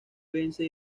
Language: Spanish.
vence